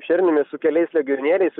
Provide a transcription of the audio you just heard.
šerniumi su keliais legionieriais